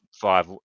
five